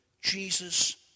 Jesus